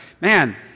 Man